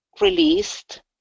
released